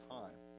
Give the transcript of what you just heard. time